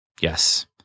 Yes